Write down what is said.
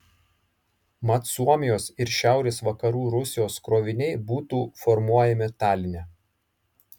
mat suomijos ir šiaurės vakarų rusijos kroviniai būtų formuojami taline